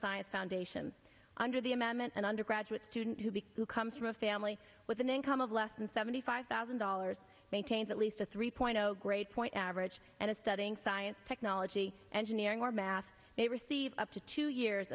science foundation under the amendment and undergraduate student who be who comes from a family with an income less than seventy five thousand dollars maintains at least a three point zero grade point average and is studying science technology engineering or math they receive up to two years